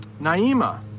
Naima